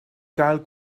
gael